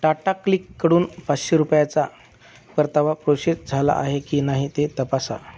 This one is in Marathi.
टाटाक्लिककडून पाचशे रुपयाचा परतावा प्रोशेस झाला आहे की नाही ते तपासा